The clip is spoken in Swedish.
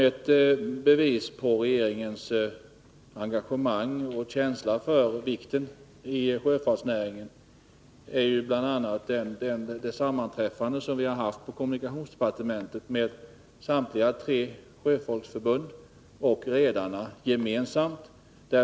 Ett bevis på regeringens engagemang och känsla för sjöfartsnäringens betydelse är det gemensamma sammanträffande vi på kommunikationsde att förhindra utförsäljning av svenska fartyg partementet har haft med samtliga tre sjöfolksförbund och redarna.